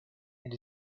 and